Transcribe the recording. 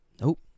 nope